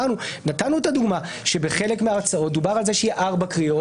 נתנו את הדוגמה שבחלק מההצעות דובר על זה שיהיו ארבע קריאות,